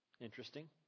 Interesting